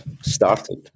started